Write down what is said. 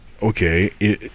Okay